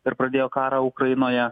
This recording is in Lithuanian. ir pradėjo karą ukrainoje